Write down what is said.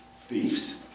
thieves